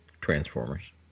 Transformers